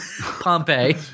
Pompeii